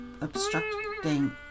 obstructing